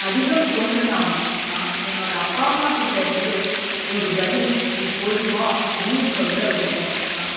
அதிகம் தோன்றினாலும் நான் என்னோடய அப்பா அம்மாக்கிட்டேருந்து ஒரு பதில் நீ போயிட்டு வா அப்படின்னு சொல்கிற வரைக்கும் நான்